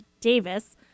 Davis